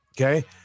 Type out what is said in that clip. Okay